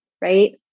right